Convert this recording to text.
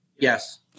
Yes